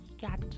got